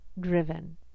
driven